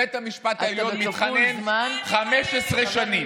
בית המשפט העליון התחנן 15 שנים.